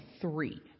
three